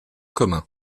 communs